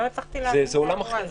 לא הצלחתי להבין את האירוע הזה.